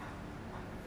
ya